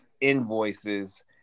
invoices